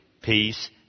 peace